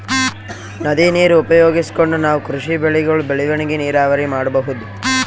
ನದಿ ನೀರ್ ಉಪಯೋಗಿಸ್ಕೊಂಡ್ ನಾವ್ ಕೃಷಿ ಬೆಳೆಗಳ್ ಬೆಳವಣಿಗಿ ನೀರಾವರಿ ಮಾಡ್ಬಹುದ್